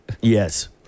yes